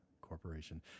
Corporation